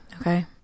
Okay